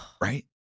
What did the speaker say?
Right